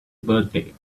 birthday